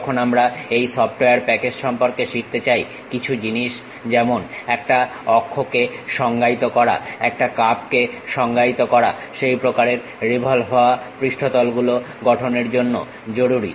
যখন আমরা এই সফটওয়্যার প্যাকেজ সম্পর্কে শিখতে চাই কিছু জিনিস যেমন একটা অক্ষকে সংজ্ঞায়িত করা একটা কার্ভকে সংজ্ঞায়িত করা সেই প্রকারের রিভলভ হওয়া পৃষ্ঠতল গুলোর গঠনের জন্য জরুরী